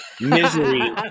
Misery